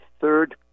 third